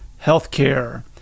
Healthcare